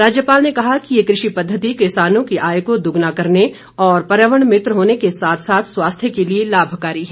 राज्यपाल ने कहा कि ये कृषि पद्धति किसानों की आय को दोगुना करने और पर्यावरण मित्र होने के साथ साथ स्वास्थ्य के लिए लाभकारी है